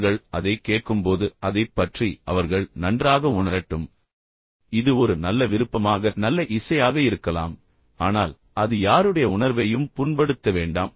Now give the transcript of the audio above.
அவர்கள் அதைக் கேட்கும்போது அதைப் பற்றி அவர்கள் நன்றாக உணரட்டும் அதைப் பற்றி அவர்கள் மகிழ்ச்சியாக இருக்கட்டும் இது ஒரு நல்ல விருப்பமாக இருக்கலாம் அது ஒரு நல்ல இசையாக இருக்கலாம் ஆனால் அது யாருடைய உணர்வையும் புண்படுத்த வேண்டாம்